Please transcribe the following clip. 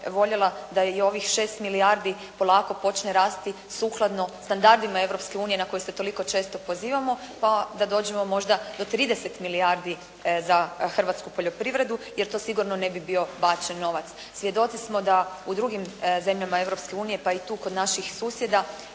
voljela da i ovih 6 milijardi polako počne rasti sukladno standardima Europske unije na koje se toliko često pozivamo pa da dođemo možda do 30 milijardi za hrvatsku poljoprivredu, jer to sigurno ne bi bio bačen novac. Svjedoci smo da u drugim zemljama Europske unije pa i tu kod naših susjeda,